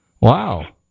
Wow